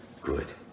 good